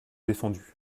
défendus